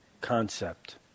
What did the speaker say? concept